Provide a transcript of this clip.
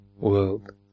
world